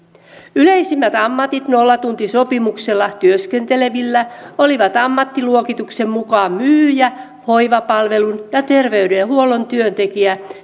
yleisimmät ammatit nollatuntisopimuksella työskentelevillä olivat ammattiluokituksen mukaan myyjä hoivapalvelun tai terveydenhuollon työntekijä